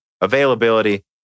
availability